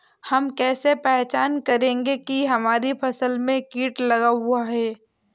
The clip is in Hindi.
हम कैसे पहचान करेंगे की हमारी फसल में कीट लगा हुआ है?